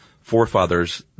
forefathers